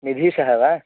निधीशः वा